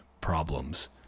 problems